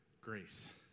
grace